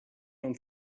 und